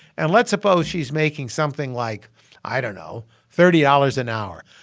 and let's suppose she's making something like i don't know thirty dollars an hour.